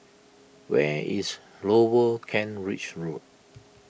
where is Lower Kent Ridge Road